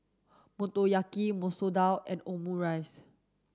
Motoyaki Masoor Dal and Omurice